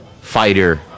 fighter